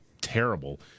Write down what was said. terrible